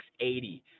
680